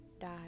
die